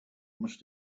must